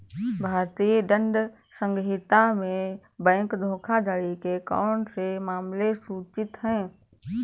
भारतीय दंड संहिता में बैंक धोखाधड़ी के कौन से मामले सूचित हैं?